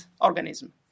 organism